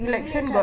privilege ah